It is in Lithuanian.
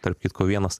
tarp kitko vienas